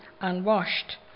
unwashed